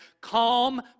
calm